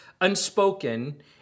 unspoken